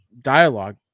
dialogue